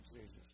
Jesus